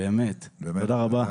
תודה רבה.